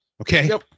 Okay